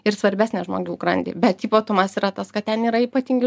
ir svarbesnę žmonių grandį bet ypatumas yra tas kad ten yra ypatingi